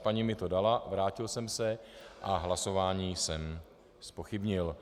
Paní mi to dala, vrátil jsem se a hlasování jsem zpochybnil.